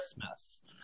Christmas